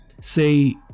say